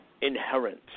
inherent